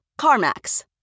Carmax